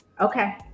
okay